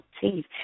teeth